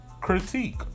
critique